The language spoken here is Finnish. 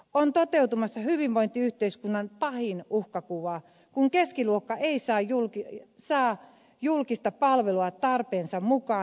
on toteutumassa hyvinvointiyhteiskunnan pahin uhkakuva kun keskiluokka ei saa julkista palvelua tarpeensa mukaan